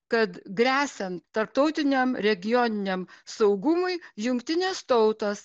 kad gresiant tarptautiniam regioniniam saugumui jungtinės tautos